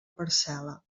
parcel·la